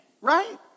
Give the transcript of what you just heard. right